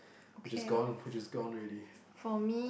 which is gone which is gone already